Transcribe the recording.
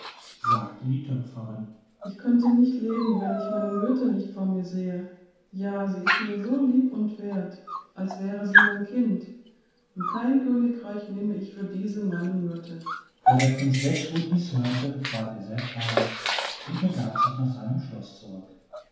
sagte die töpferin ich könnte nicht leben wenn ich meine myrte nicht vor mir sähe ja sie ist mir so lieb und wert als wäre sie mein kind und kein königreich nähme ich für diese meine myrte da der prinz wetschwuth dies hörte ward er sehr traurig und begab sich nach seinem schlosse zurück